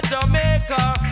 Jamaica